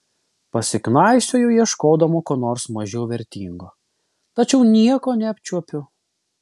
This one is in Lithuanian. pasiknaisioju ieškodama ko nors mažiau vertingo tačiau nieko neapčiuopiu